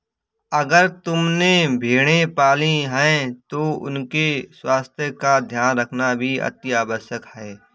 अगर तुमने भेड़ें पाली हैं तो उनके स्वास्थ्य का ध्यान रखना भी अतिआवश्यक है